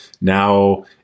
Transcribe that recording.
now